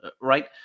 right